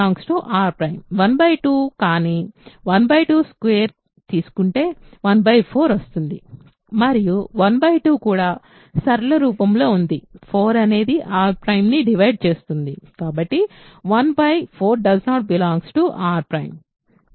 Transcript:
1 2 కానీ 122 తీసుకుంటే 1 4 వస్తుంది మరియు 1 2 కూడా సరళమైన రూపంలో ఉంది 4 అనేది R ′ని డివైడ్ చేస్తుంది కాబట్టి 1 4 R ′